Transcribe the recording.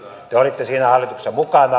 te olitte siinä hallituksessa mukana